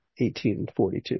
1842